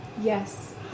Yes